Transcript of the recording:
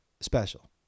special